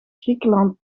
griekenland